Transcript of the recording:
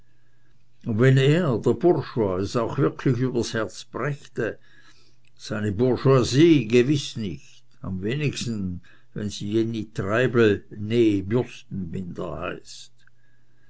wenn er der bourgeois es auch wirklich übers herz brächte seine bourgeoise gewiß nicht am wenigsten wenn sie jenny treibel ne bürstenbinder heißt